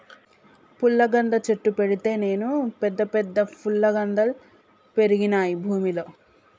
పుల్లగంద చెట్టు పెడితే నేను పెద్ద పెద్ద ఫుల్లగందల్ పెరిగినాయి భూమిలో